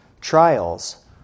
trials